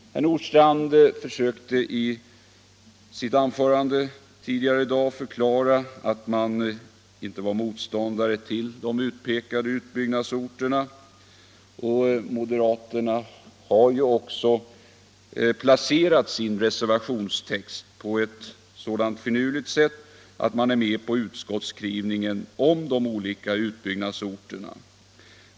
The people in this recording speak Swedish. Herr Nordstrandh försökte tidigare i dag förklara att man inte var motståndare till de utpekade utbyggnadsorterna. Moderaterna har ju också placerat sin reservationstext på så finurligt sätt att man är med på utskottsskrivningen om de olika utbyggnadsorterna.